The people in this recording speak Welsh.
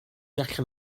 allan